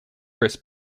chris